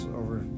over